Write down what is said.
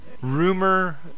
rumor